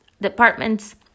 departments